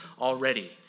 already